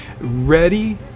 ready